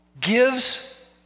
gives